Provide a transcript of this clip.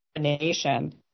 nation